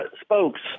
spokes